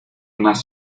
más